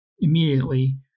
immediately